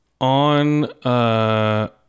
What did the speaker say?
On